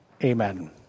Amen